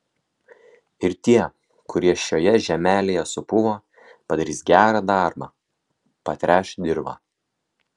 ir tie kurie šioje žemelėje supuvo padarys gerą darbą patręš dirvą